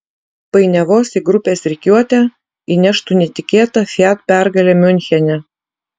painiavos į grupės rikiuotę įneštų netikėta fiat pergalė miunchene